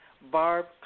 Barb